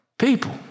people